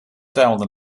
tuimelde